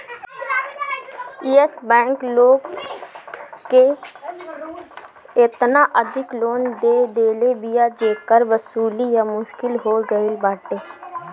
एश Bank लोग के एतना अधिका लोन दे देले बिया जेकर वसूली अब मुश्किल हो गईल बाटे